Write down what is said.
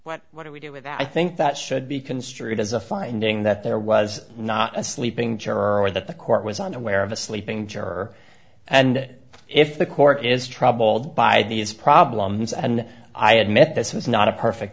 what what do we do with that i think that should be construed as a finding that there was not a sleeping chair or that the court was unaware of a sleeping juror and if the court is troubled by these problems and i admit this was not a perfect